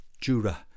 Jura